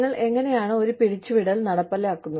നിങ്ങൾ എങ്ങനെയാണ് ഒരു പിരിച്ചുവിടൽ നടപ്പിലാക്കുന്നത്